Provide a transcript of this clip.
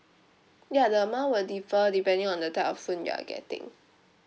ya the amount will differ depending on the type of phone you are getting